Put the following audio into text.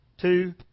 Two